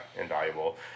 invaluable